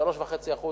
3.5%